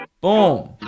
Boom